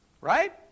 Right